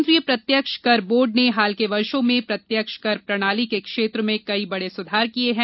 केंद्रीय प्रत्यक्ष कर board C B D T ने हाल के वर्षों में प्रत्यक्ष कर प्रणाली के क्षेत्र में कई बड़े सुधार किए हैं